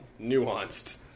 Nuanced